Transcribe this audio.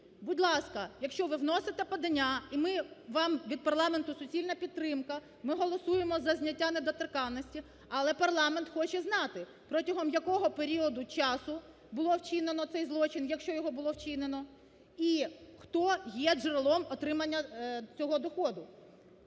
будь ласка, якщо ви вносите подання і ми вам від парламенту суцільна підтримка, ми голосуємо за зняття недоторканності, але парламент хоче знати, протягом якого періоду часу було вчинено цей злочин, якщо його було вчинено і хто є джерелом отримання цього доходу.